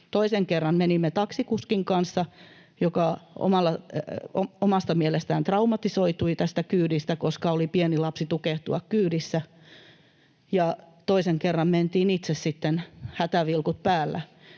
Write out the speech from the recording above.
Toisen kerran menimme taksikuskin kanssa, joka omasta mielestään traumatisoitui tästä kyydistä, koska oli pieni lapsi tukehtua kyydissä, ja toisen kerran mentiin itse sitten hätävilkut päällä